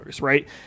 right